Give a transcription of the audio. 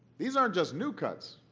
these aren't just new cuts